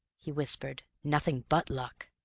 he whispered nothing but luck!